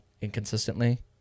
inconsistently